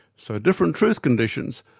so different truth conditions,